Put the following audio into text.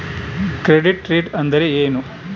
Credit rate ಅಂದರೆ ಏನು?